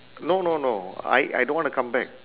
no no no I I don't wanna come back